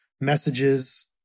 messages